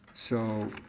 so,